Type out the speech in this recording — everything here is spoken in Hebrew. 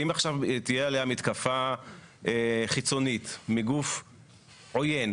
אם עכשיו תהיה עליה מתקפה חיצונית מגוף עוין,